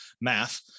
Math